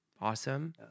awesome